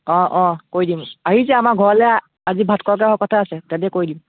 অঁ অঁ কৈ দিম আহিছে আমাৰ ঘৰলৈ আজি ভাত খোৱাকৈ অহা কথা আছে তেতে কৈ দিম